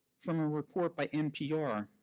from a report by npr,